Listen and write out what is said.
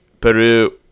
Peru